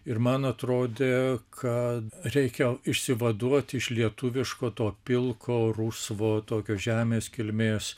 ir man atrodė kad reikia išsivaduot iš lietuviško to pilko rusvo tokio žemės kilmės